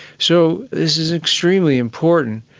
so this is extremely important,